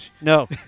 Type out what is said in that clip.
no